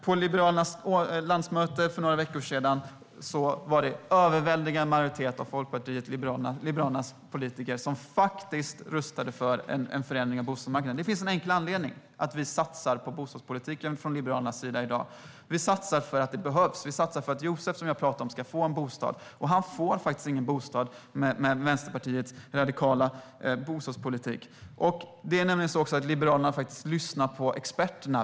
På Liberalernas landsmöte för några veckor sedan var det en överväldigande majoritet av partiets politiker som röstade för en förändring av bostadsmarknaden. Det finns en enkel anledning: Vi satsar på bostadspolitiken. Vi satsar för att det behövs. Vi satsar för att Josef som jag pratade om ska få en bostad, och han får faktiskt ingen bostad med Vänsterpartiets radikala bostadspolitik. Liberalerna lyssnar på experterna.